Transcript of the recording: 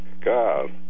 God